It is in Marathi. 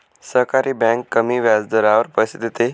सहकारी बँक कमी व्याजदरावर पैसे देते